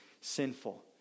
sinful